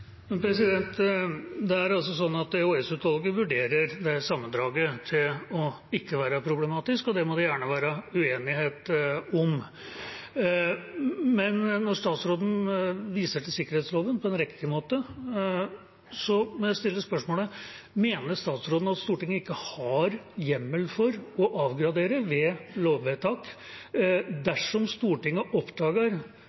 Det er slik at EOS-utvalget vurderer det sammendraget til ikke å være problematisk, og det må det gjerne være uenighet om. Men når statsråden viser til sikkerhetsloven, på en riktig måte, må jeg stille spørsmålet: Mener statsråden at Stortinget ikke har hjemmel for å avgradere ved lovvedtak